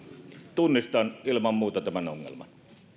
tunnistan ilman muuta tämän ongelman